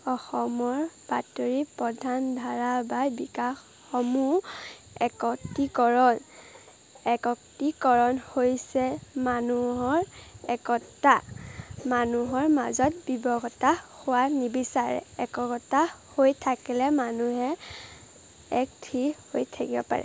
অসমৰ বাতৰি প্ৰধান ধাৰা বা বিকাশসমূহ একত্ৰীকৰণ একত্ৰীকৰণ হৈছে মানুহৰ একতা মানুহৰ মাজত হোৱা নিবিচাৰে একতা হৈ থাকিলে মানুহে এক স্থিৰ হৈ থাকিব পাৰে